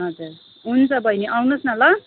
हजुर हुन्छ बहिनी आउनुहोस् न ल